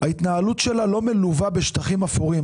וההתנהלות שלה לא מלווה בשטחים אפורים,